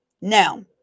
Now